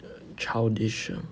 childish ah